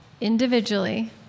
individually